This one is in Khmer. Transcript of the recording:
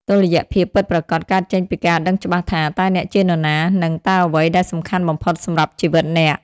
តុល្យភាពពិតប្រាកដកើតចេញពីការដឹងច្បាស់ថា "តើអ្នកជានរណា?" និង "តើអ្វីដែលសំខាន់បំផុតសម្រាប់ជីវិតអ្នក?"